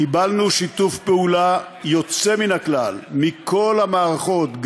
קיבלנו שיתוף פעולה יוצא מן הכלל מכל המערכות,